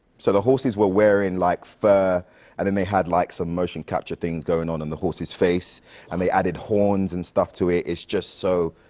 so, the horses were wearing, like fur and then they had, like, some motion capture things going on in the horses' face and they added horns and stuff to it. it's just so,